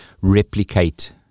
replicate